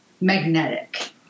Magnetic